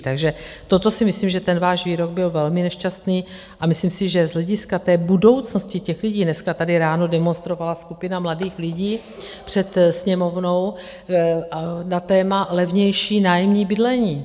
Takže toto si myslím, že ten váš výrok byl velmi nešťastný a myslím si, že z hlediska té budoucnosti těch lidí dneska tady ráno demonstrovala skupina mladých lidí před Sněmovnou a na téma levnější nájemní bydlení.